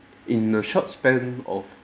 in a short span of